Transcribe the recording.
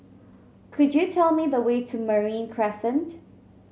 could you tell me the way to Marine Crescent